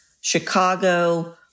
Chicago